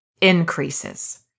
increases